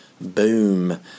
Boom